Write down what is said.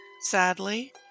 Sadly